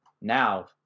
Now